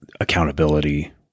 accountability